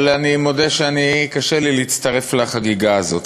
אבל אני מודה שקשה לי להצטרף לחגיגה הזאת.